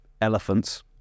elephants